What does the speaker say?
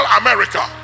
America